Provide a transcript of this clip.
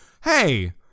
Hey